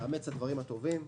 לאמץ את הדברים הטובים,